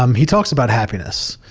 um he talks about happiness,